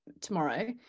tomorrow